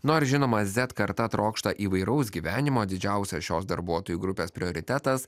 nors žinoma zet karta trokšta įvairaus gyvenimo didžiausias šios darbuotojų grupės prioritetas